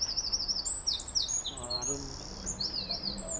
ᱚᱻ ᱟᱨᱚ